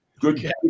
Good